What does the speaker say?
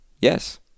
Yes